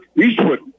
Eastwood